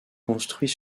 construit